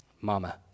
Mama